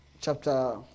chapter